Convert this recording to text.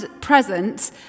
present